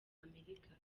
amerika